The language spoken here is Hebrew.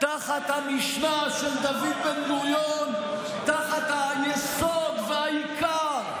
תחת המשנה של דוד בן-גוריון, תחת היסוד והעיקר,